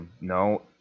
No